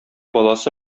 баласы